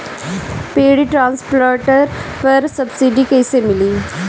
Paddy transplanter पर subsidy कैसे मिली?